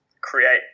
create